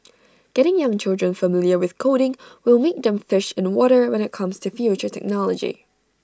getting young children familiar with coding will make them fish in water when IT comes to future technology